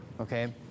Okay